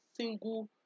single